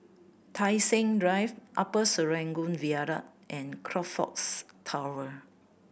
Tai Seng Drive Upper Serangoon Viaduct and Crockfords Tower